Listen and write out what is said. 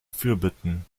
fürbitten